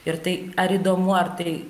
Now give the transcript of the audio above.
ir tai ar įdomu ar tai